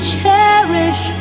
cherish